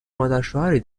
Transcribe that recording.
مادرشوهری